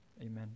Amen